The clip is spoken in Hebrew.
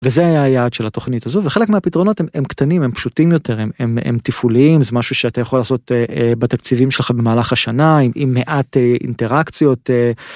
וזה היה היעד של התוכנית הזו וחלק מהפתרונות הם קטנים הם פשוטים יותר הם טיפולים זה משהו שאתה יכול לעשות בתקציבים שלך במהלך השנה עם מעט אינטראקציות.